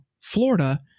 Florida